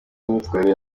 n’imyitwarire